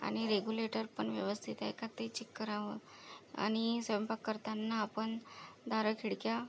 आणि रेगुलेटर पण व्यवस्थित आहे का ते चेक करावं आणि स्वयंपाक करताना आपण दारं खिडक्या